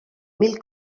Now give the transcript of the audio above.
mil